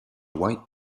white